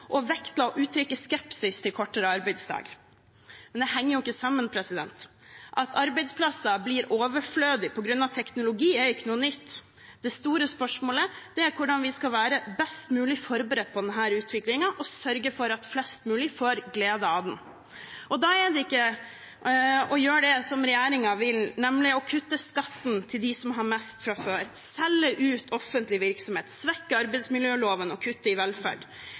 og vektla å uttrykke skepsis til kortere arbeidsdag. Det henger jo ikke sammen. At arbeidsplasser blir overflødige på grunn av teknologi, er ikke noe nytt. Det store spørsmålet er hvordan vi skal være best mulig forberedt på denne utviklingen og sørge for at flest mulig får glede av den. Det er ikke ved å gjøre som regjeringen vil, nemlig å kutte skatten til dem som har mest fra før, selge ut offentlig virksomhet, svekke arbeidsmiljøloven og kutte i velferd.